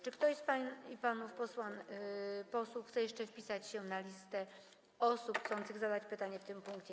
Czy ktoś z pań i panów posłów chce jeszcze wpisać się na listę osób chcących zadać pytanie w tym punkcie?